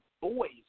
boys